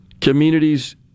communities